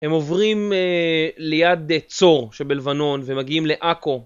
הם עוברים ליד צור שבלבנון ומגיעים לעכו.